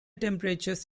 temperatures